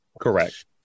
Correct